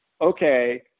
okay